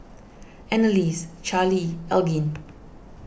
Anneliese Charlee Elgin